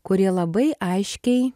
kurie labai aiškiai